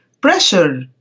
pressure